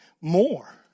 more